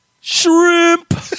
Shrimp